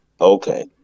Okay